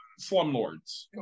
slumlords